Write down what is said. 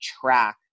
track